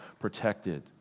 protected